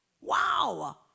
Wow